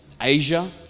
Asia